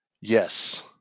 Yes